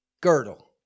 girdle